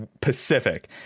Pacific